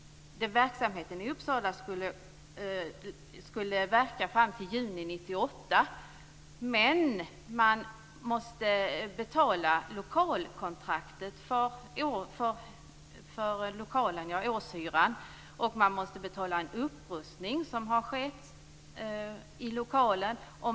Verksamheten i Uppsala skulle hålla på fram till juni 1998. Men man måste betala lokalkontraktet, alltså årshyran, och man måste betala en upprustning som har skett i lokalen.